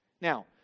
Now